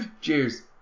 Cheers